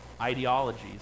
ideologies